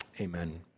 Amen